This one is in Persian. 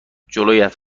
جلویت